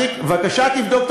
בבקשה, תבדוק את